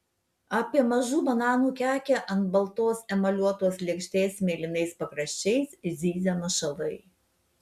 apie mažų bananų kekę ant baltos emaliuotos lėkštės mėlynais pakraščiais zyzia mašalai